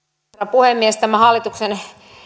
puhemies tämän hallituksen